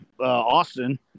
Austin